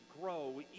grow